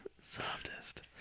softest